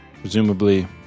presumably